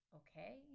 okay